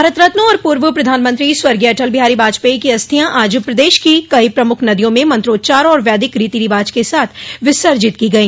भारत रत्न और पूर्व प्रधानमंत्री स्वर्गीय अटल बिहारी वाजपेई की अस्थियां आज प्रदेश की कई प्रमुख नदियों में मंत्रोच्चार और वैदिक रीति रिवाज के साथ विसर्जित की गई